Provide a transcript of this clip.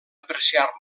apreciar